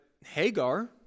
hagar